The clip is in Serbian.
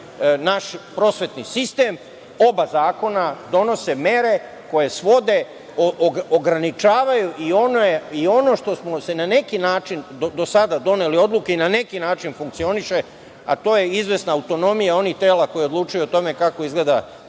naš prosvetni sistem. Oba zakona donose mere koje svode, ograničavaju i ono što smo se na neki način, do sada, doneli odluke i na neki način funkcioniše, a to je izvesna autonomija onih tela koji odlučuju o tome kako izgleda